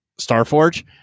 Starforge